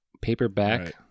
paperback